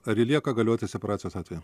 ar ji lieka galioti separacijos atveju